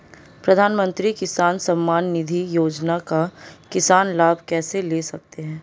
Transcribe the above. प्रधानमंत्री किसान सम्मान निधि योजना का किसान लाभ कैसे ले सकते हैं?